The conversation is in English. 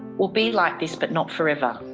will be like this but not forever.